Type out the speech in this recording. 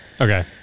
Okay